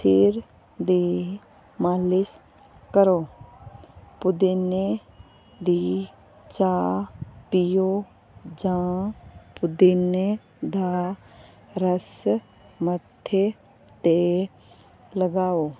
ਸਿਰ ਦੀ ਮਾਲਿਸ਼ ਕਰੋ ਪੁਦੀਨੇ ਦੀ ਚਾਹ ਪੀਓ ਜਾਂ ਪੁਦੀਨੇ ਦਾ ਰਸ ਮੱਥੇ 'ਤੇ ਲਗਾਓ